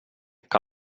que